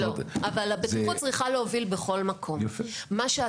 אין ספק שהבטיחות צריכה להוביל בכל מקום אבל,